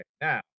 now